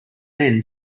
men